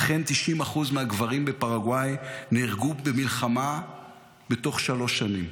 אכן 90% מהגברים בפרגוואי נהרגו במלחמה בתוך שלוש שנים.